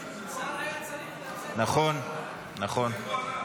היה צריך --- נכון, נכון.